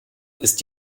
ist